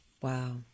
wow